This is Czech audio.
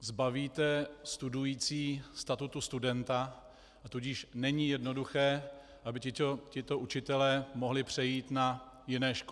zbavíte studující statutu studenta, a tudíž není jednoduché, aby tito učitelé mohli přejít na jiné školy.